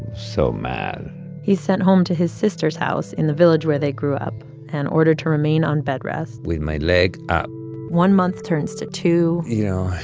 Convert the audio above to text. so mad he's sent home to his sister's house in the village where they grew up and ordered to remain on bed rest with my leg up one month turns to two. you know,